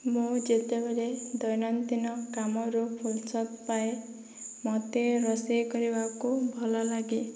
ମୁଁ ଯେତେବେଳେ ଦୈନଦିନ କାମରୁ ଫୁରସତ ପାଏ ମୋତେ ରୋଷେଇ କରିବାକୁ ଭଲ ଲାଗେ